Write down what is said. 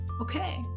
Okay